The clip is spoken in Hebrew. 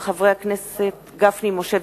מאת חבר הכנסת זבולון אורלב,